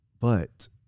But-